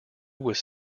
was